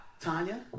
Tanya